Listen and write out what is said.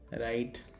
right